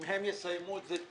אם הם יסיימו את זה